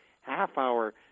half-hour